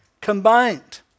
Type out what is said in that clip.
combined